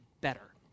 better